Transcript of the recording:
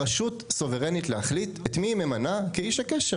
הרשות סוברנית להחליט את מי היא ממנה כאיש הקשר.